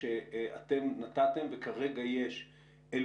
ראיתי היום כותרות בעיתונות הכלכלית על כך שבנק ישראל